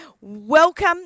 welcome